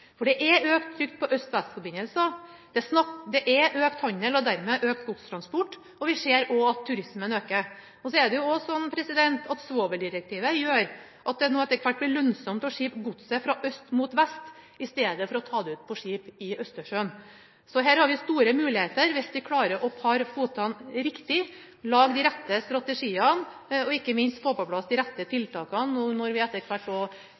er økt trykk på øst–vest-forbindelsen. Det er økt handel og dermed økt godstransport. Vi ser også at turismen øker. Så gjør også svoveldirektivet at det nå etter hvert blir lønnsomt å frakte godset fra øst mot vest i stedet for å ta det ut på skip i Østersjøen. Så her har vi store muligheter hvis vi klarer å pare føttene riktig, lage de rette strategiene og ikke minst få på plass de rette tiltakene når vi nå etter hvert skal lansere Norges nye Nasjonal transportplan. Det blir å